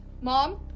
Mom